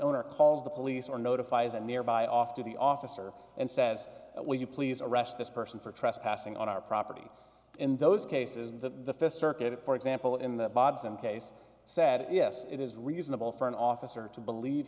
owner calls the police or notifies a nearby off duty officer and says will you please arrest this person for trespassing on our property in those cases that the th circuit for example in the bods in case said yes it is reasonable for an officer to believe